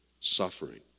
suffering